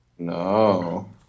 No